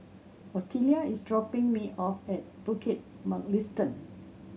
Ottilia is dropping me off at Bukit Mugliston